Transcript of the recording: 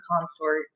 consort